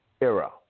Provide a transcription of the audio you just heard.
era